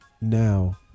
now